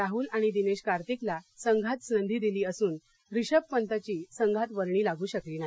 राहुल आणि दिनेश कार्तिकला संघात संधी दिली असून ऋषभ पंतची संघात वर्णी लागू शकली नाही